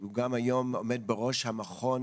הוא היום עומד בראש המכון